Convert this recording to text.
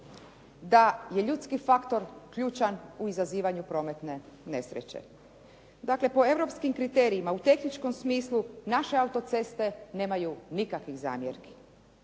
da je ljudski faktor ključan u izazivanju prometne nesreće. Dakle, po europskim kriterijima u tehničkom smislu naše autoceste nemaju nikakvih zamjerki.